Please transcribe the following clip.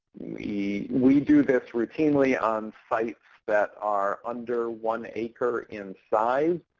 we we do this routinely on sites that are under one acre in size.